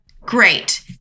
great